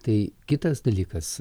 tai kitas dalykas